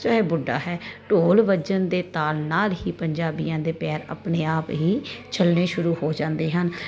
ਚਾਹੇ ਬੁੱਢਾ ਹੈ ਢੋਲ ਵੱਜਣ ਦੇ ਤਾਲ ਨਾਲ ਹੀ ਪੰਜਾਬੀਆਂ ਦੇ ਪੈਰ ਆਪਣੇ ਆਪ ਹੀ ਚੱਲਣੇ ਸ਼ੁਰੂ ਹੋ ਜਾਂਦੇ ਹਨ